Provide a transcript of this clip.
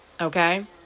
okay